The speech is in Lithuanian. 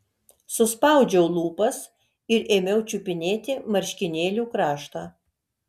suspaudžiau lūpas ir ėmiau čiupinėti marškinėlių kraštą